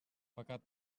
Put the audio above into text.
fakat